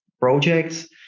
Projects